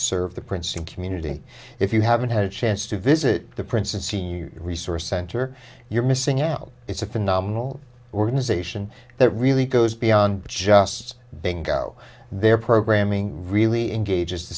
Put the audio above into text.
serve the princeton community if you haven't had a chance to visit the princeton senior resource center you're missing out it's a phenomenal organization that really goes beyond just being go there programming really engage as the